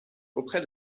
auprès